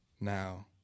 Now